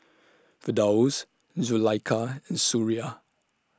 Firdaus Zulaikha and Suria